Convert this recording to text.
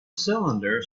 cylinder